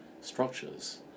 structures